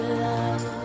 love